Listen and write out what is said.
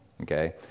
okay